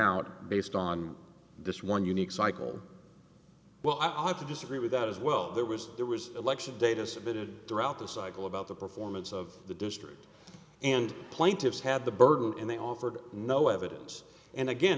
around based on this one unique cycle well i'll have to disagree with that as well there was there was election data submitted throughout the cycle about the performance of the district and plaintiffs had the burden and they offered no evidence and again